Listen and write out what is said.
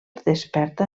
desperta